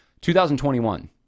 2021